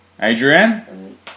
Adrian